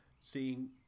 seeing